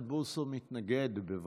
בוסו מתנגד, בבקשה.